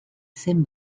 zen